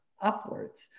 upwards